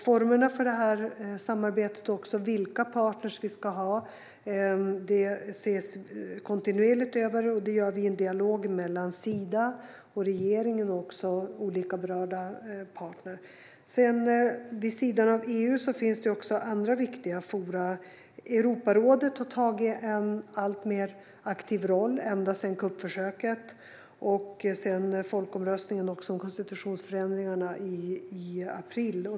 Formerna för detta samarbete och vilka partner vi ska ha ses kontinuerligt över. Vi för samtal med Sida, regeringen och olika berörda partner. Vid sidan av EU finns ju också andra viktiga forum. Europarådet har tagit en alltmer aktiv roll sedan kuppförsöket och sedan folkomröstningen om konstitutionsförändringarna i april.